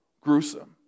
gruesome